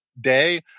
day